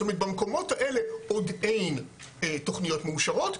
זאת אומרת במקומות האלה עוד אין תוכניות מאושרות,